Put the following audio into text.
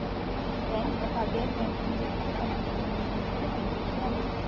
Bank तथा गैर banking वित्तीय कंपनियों में मुख्य अंतर क्या है?